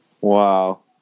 Wow